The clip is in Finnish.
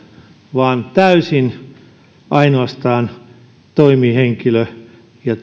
vaan täysin ainoastaan toimihenkilö ja